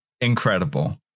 incredible